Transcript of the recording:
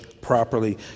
properly